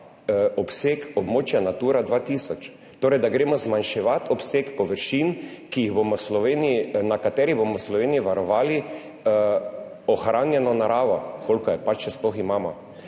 obseg območja Natura 2000. Torej, da gremo zmanjševati obseg površin, ki jih bomo v Sloveniji, na katerih bomo v Sloveniji varovali ohranjeno naravo, kolikor je pač še sploh imamo.